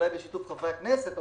אולי בשיתוף חברי הכנסת,